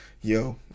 Yo